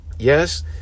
Yes